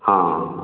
ହଁ